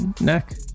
neck